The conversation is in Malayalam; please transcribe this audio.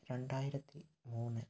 രണ്ടായിരത്തി മൂന്ന്